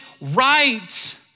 right